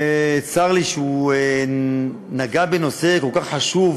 צר לי שכשהוא נגע בנושא כל כך חשוב